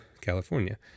California